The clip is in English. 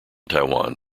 taiwan